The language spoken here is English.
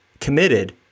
committed